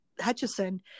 Hutchison